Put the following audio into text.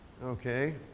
Okay